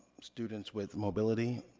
students with mobility